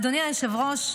אדוני היושב-ראש,